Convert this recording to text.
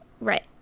right